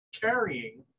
carrying